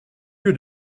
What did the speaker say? lieu